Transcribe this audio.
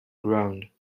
ground